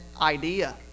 idea